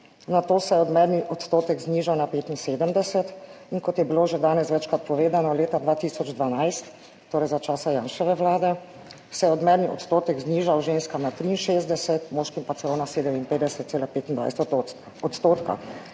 nato se je odmerni odstotek znižal na 75 in kot je bilo že danes večkrat povedano, 2012, torej za časa Janševe vlade, se je odmerni odstotek znižal ženskam na 63, moškim pa celo na 57,25 odstotka,